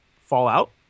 Fallout